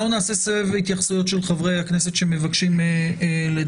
אנחנו נעשה סבב התייחסויות של חברי הכנסת שמבקשים לדבר.